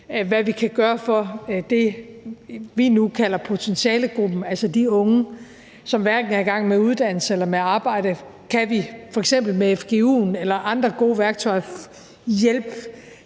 hvad vi kan gøre for det, vi nu kalder potentialegruppen, altså de unge, som hverken er i gang med uddannelse eller med arbejde. Kan vi f.eks. med fgu'en eller andre gode værktøjer hjælpe